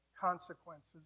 consequences